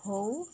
ହଉ